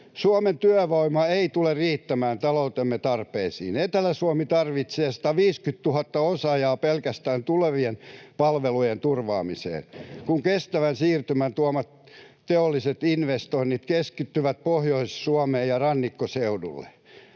Suomen työvoima ei tule riittämään taloutemme tarpeisiin. Etelä-Suomi tarvitsee 150 000 osaajaa pelkästään tulevien palvelujen turvaamiseen, kun kestävän siirtymän tuomat teolliset investoinnit keskittyvät Pohjois-Suomeen ja rannikkoseudulle.